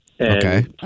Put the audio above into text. Okay